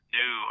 new